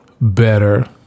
better